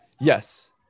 Yes